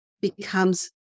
becomes